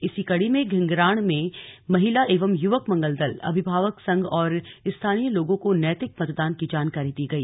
इसी कड़ी में धिंघराण में महिला एवं युवक मंगल दल अभिभावक संघ और स्थानीय लोगों को नैतिक मतदान की जानकारी दी गई